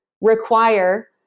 require